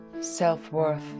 self-worth